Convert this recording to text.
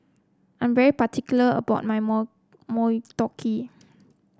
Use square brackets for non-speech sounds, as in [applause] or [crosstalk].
I am very particular about my [unintelligible] Motoyaki